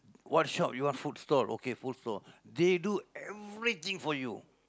what shop you want food stall okay food stall they do everything for you